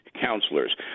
counselors